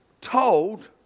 told